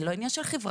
זה לא עניין של חברה,